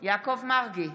יעקב מרגי,